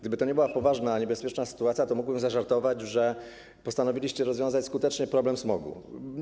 Gdyby to nie była poważna, niebezpieczna sytuacja, to mógłbym zażartować, że postanowiliście rozwiązać skutecznie problem smogu.